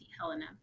Helena